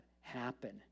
happen